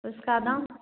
उसका दाम